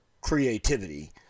creativity